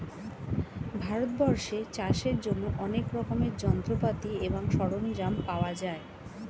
ভারতবর্ষে চাষের জন্য অনেক রকমের যন্ত্রপাতি এবং সরঞ্জাম পাওয়া যায়